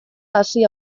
hasi